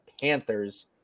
Panthers